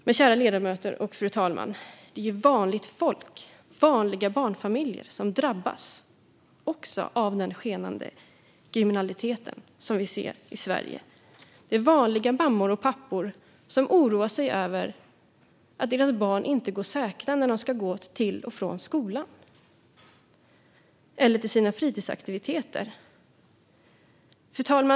Men, kära ledamöter och fru talman, det är ju vanligt folk, vanliga barnfamiljer, som också drabbas av den skenande kriminaliteten vi ser i Sverige. Det är vanliga mammor och pappor som oroar sig över att deras barn inte är säkra när de ska gå till eller från skolan eller till sina fritidsaktiviteter.